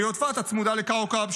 ביודפת הצמודה לכאוכב,